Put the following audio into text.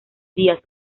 díaz